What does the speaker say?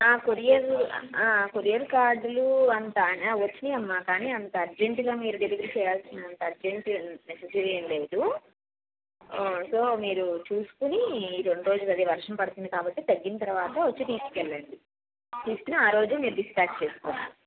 courier courier కార్డులు అంత వచ్చాయమ్మా కానీ అంత అర్జెంటుగా మీరు డెలివరీ చెయ్యాల్సినంత అర్జెంట్ నెస్ససరీ ఏంలేదు సో మీరు చూస్కుని రెండ్రోజులనుండి వర్షం పడుతుంది కాబట్టి తగ్గింతర్వాత వచ్చి తీసుకెళ్ళండి తీసుకుని ఆరోజు మీరు డిస్పాచ్ చేసుకోండి